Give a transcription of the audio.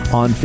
on